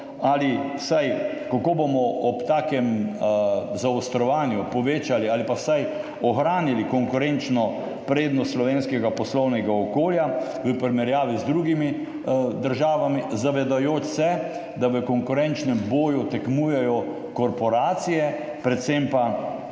ali kako bomo ob takem zaostrovanju povečali ali vsaj ohranili konkurenčno prednost slovenskega poslovnega okolja v primerjavi z drugimi državami, zavedajoč se, da v konkurenčnem boju tekmujejo korporacije, predvsem pa